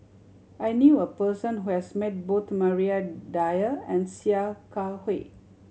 I knew a person who has met both Maria Dyer and Sia Kah Hui